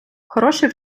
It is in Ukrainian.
хороший